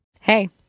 Hey